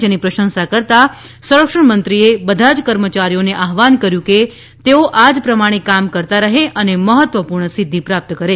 જેની પ્રશંસા કરતા સંરક્ષણ મંત્રીએ બધા જ કર્મચારીઓને આહવાન કર્યુ કે તેઓ આ જ પ્રમાણે કામ કરતા રહે અને મહત્વપુર્ણ સિધ્ધી પ્રાપ્ત કરે